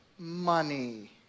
money